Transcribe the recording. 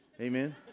Amen